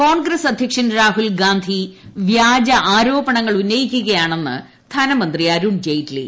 കോൺഗ്രസ് അ്ധ്യക്ഷൻ രാഹുൽഗാന്ധി വ്യാജ ആരോപണങ്ങൾ ഉന്നയിക്കുകയാണെന്ന് ധനമന്ത്രി അരുൺ ജയ്റ്റ്ലി